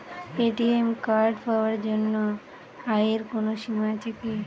ATM card পাওয়ার জন্য আয়ের কোনো সীমা আছে কি?